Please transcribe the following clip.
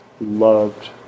loved